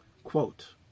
quote